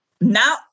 now